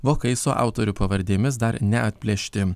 vokai su autorių pavardėmis dar neatplėšti